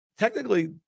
Technically